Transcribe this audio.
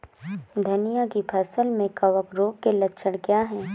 धनिया की फसल में कवक रोग के लक्षण क्या है?